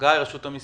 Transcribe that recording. רשות המיסים.